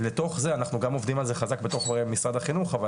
לתוך זה אנחנו גם עובדים על זה חזק בתוך משרד החינוך,